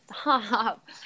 Stop